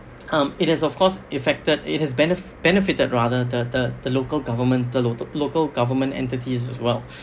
um it is of course effected it has benefit~ benefited rather the the the local government th~ the local government entities as well